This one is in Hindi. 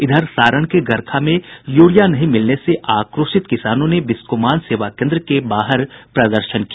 इधर सारण के गड़खा में यूरिया नहीं मिलने से आक्रोशित किसानों ने बिस्कोमान सेवा केन्द्र के बाहर प्रदर्शन किया